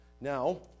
Now